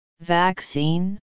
Vaccine